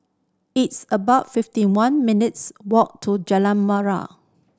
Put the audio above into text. it's about fifty one minutes' walk to Jalan Murai